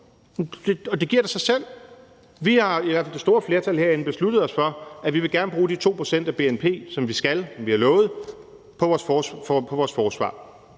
Det giver da sig selv. Vi, i hvert fald det store flertal herinde, har besluttet os for, at vi gerne vil bruge de 2 pct. af bnp, som vi skal, og som vi har lovet, på vores forsvar.